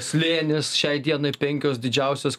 slėnis šiai dienai penkios didžiausios